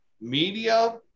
media